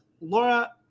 Laura